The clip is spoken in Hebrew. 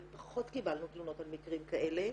ופחות קיבלנו תלונות על מקרים כאלה,